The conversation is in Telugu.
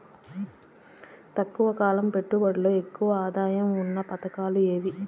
తక్కువ కాలం పెట్టుబడిలో ఎక్కువగా ఆదాయం ఉన్న పథకాలు ఏమి?